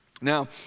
Now